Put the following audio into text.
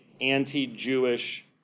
anti-Jewish